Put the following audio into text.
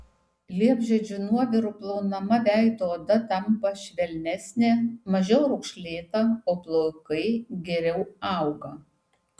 liepžiedžių nuoviru plaunama veido oda tampa švelnesnė mažiau raukšlėta o plaukai geriau auga